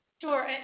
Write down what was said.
sure